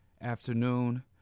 afternoon